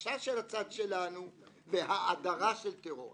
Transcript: החלשה של הצד שלנו והאדרה של טרור.